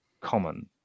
common